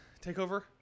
TakeOver